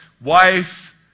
wife